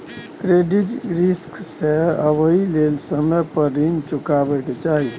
credit risk से बचइ लेल समय पर रीन चुकाबै के चाही